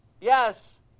Yes